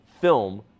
film